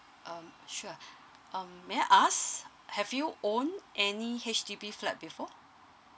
um sure um may I ask have you own any H_D_B flat before